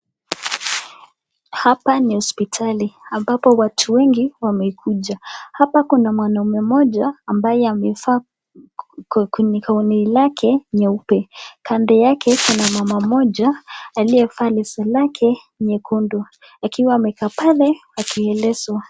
Hapa ni hospitali ambapo watu wengi wamekuja, hapa kuna mwanaume moja ambaye amevaa koti yake nyeupe kando yake kuna mama moja aliyevaa leso lake nyekundu akiwa anakaa pale akiendesha.